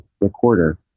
recorder